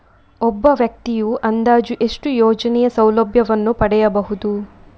ಒಬ್ಬ ವ್ಯಕ್ತಿಯು ಅಂದಾಜು ಎಷ್ಟು ಯೋಜನೆಯ ಸೌಲಭ್ಯವನ್ನು ಪಡೆಯಬಹುದು?